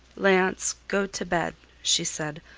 leonce, go to bed, she said,